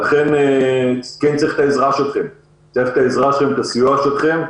לכן כן צריך את העזרה שלכם, את הסיוע שלכם.